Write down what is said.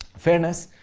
fairness,